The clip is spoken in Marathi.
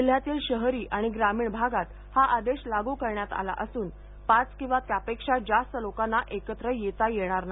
जिल्ह्यातील शहरी आणि ग्रामीण भागात हा आदेश लागू करण्यात आला असून पाच किंवा त्यापेक्षा जास्त लोकांना एकत्र येता येणार नाही